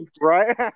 right